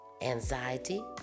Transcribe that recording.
anxiety